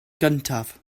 gyntaf